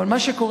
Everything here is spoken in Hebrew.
אבל מה שקורה,